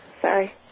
Sorry